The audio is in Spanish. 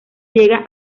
llega